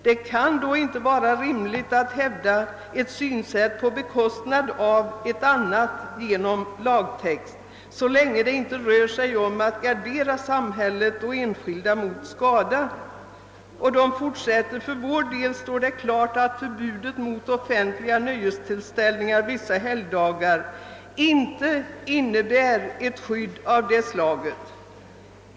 Det kan då inte vara rimligt att hävda ett synsätt på bekostnad av ett annat genom lagtext, så länge det inte rör sig om att gardera samhället och enskilda mot skada. För vår del står det klart att förbudet mot offentliga nöjestillställningar vissa helgdagar inte innebär ett skydd av det slaget.